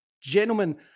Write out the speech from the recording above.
gentlemen